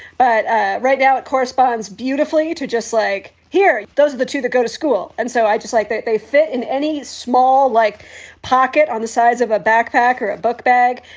but right now, it corresponds beautifully to just like here. those are the two to go to school. and so i just like that they fit in any small like pocket on the size of a backpack or a book bag.